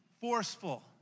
forceful